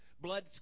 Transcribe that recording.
Blood